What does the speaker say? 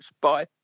Bye